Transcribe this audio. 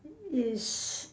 is